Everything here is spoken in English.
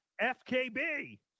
FKB